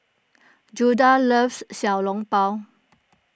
Judah loves Xiao Long Bao